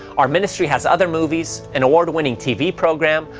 our ministry has other movies, an award-winning tv program,